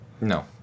No